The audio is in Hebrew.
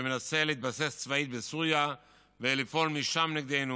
שמנסה להתבסס צבאית בסוריה ולפעול משם נגדנו,